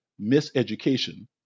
miseducation